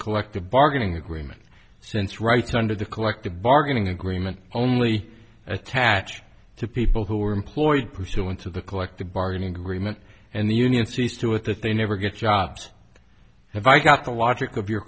collective bargaining agreement since rights under the collective bargaining agreement only attach to people who are employed pursuant to the collective bargaining agreement and the union sees to it that they never get jobs have i got the logic of your